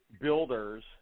builders